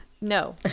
No